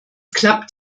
klappt